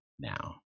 now